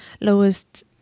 lowest